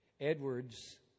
Edwards